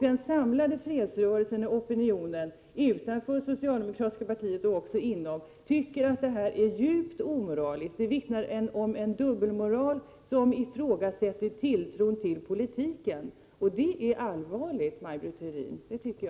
Den samlade fredsrörelsen och opinionen, såväl utanför som inom socialdemokratin, tycker att vi för en djupt omoralisk politik. Den vittnar om en dubbelmoral, där tilltron till politiken sätts i fråga. Det tycker jag är allvarligt, Maj Britt Theorin.